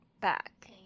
back